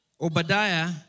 Obadiah